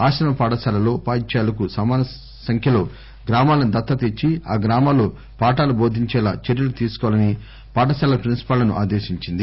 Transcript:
ఆశ్రమ పాఠశాలల్లో ఉపాధ్యాయులకు సమాన సంఖ్యలో గ్రామాలను దత్తత ఇచ్చి ఆ గ్రామాల్లో పాఠాలు బోధించేలా చర్యలు తీసుకోవాలని పాఠశాలల ప్రిన్నిపాళ్లను ఆదేశించింది